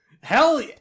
hell